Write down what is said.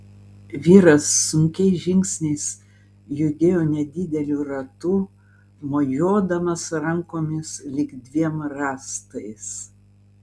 vyras sunkiais žingsniais judėjo nedideliu ratu mojuodamas rankomis lyg dviem rąstais